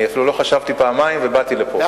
אפילו לא חשבתי פעמיים ובאתי לפה.